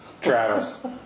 travis